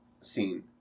scene